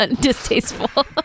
distasteful